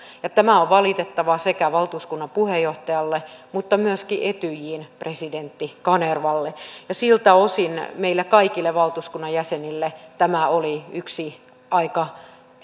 ja tämä on valitettavaa valtuuskunnan puheenjohtajalle mutta myöskin etyjin presidentti kanervalle siltä osin meille kaikille valtuuskunnan jäsenille tämä oli yksi